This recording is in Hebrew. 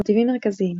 מוטיבים מרכזיים